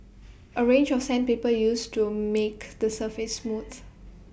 A range of sandpaper used to make the surface smooth